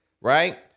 Right